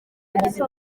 bugizi